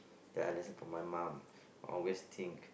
then I listen from my mum always think